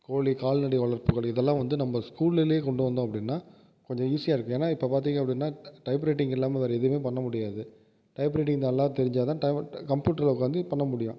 கோழி கால்நடை வளர்ப்புகள் இதெல்லாம் வந்து நம்ம ஸ்கூலுலே கொண்டு வந்தோம் அப்படின்னா கொஞ்சம் ஈஸியாருக்கும் ஏன்னால் இப்போ பார்த்திங்க அப்படின்னா டைப் ரைட்டிங் இல்லாமல் வேற எதுவுமே பண்ண முடியாது டைப் ரைட்டிங் நல்லா தெரிஞ்சால் தான் ட கம்ப்யூட்டரில் உட்காந்து பண்ண முடியும்